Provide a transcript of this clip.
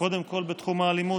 קודם כול בתחום האלימות,